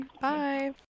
Bye